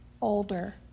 older